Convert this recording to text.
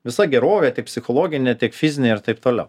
visa gerovė tiek psichologinė tiek fizinė ir taip toliau